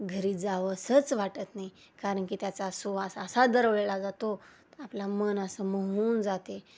घरी जावंसंच वाटत नाही कारण की त्याचा सुवास असा दरवेळला जातो आपला मन असं मोहून जाते